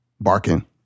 barking